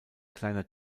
kleiner